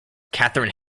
kathryn